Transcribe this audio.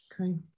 Okay